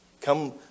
Come